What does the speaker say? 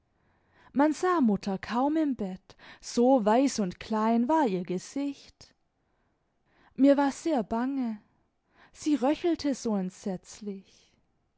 man sah mutter kaum im bett so weiß imd klein war ihr gesicht mir war sehr bange sie röchelte so entsetzlich